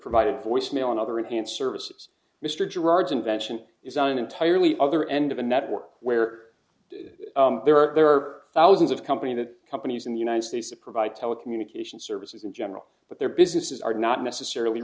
provided voicemail and other enhanced services mr gerard's invention is an entirely other end of a network where there are there are thousands of companies that companies in the united states to provide telecommunications services in general but their businesses are not necessarily